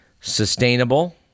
sustainable